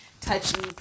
touchy